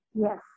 yes